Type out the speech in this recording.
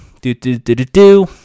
Do-do-do-do-do